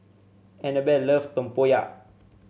Anabella love Tempoyak